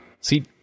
See